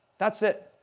that's it,